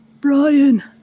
Brian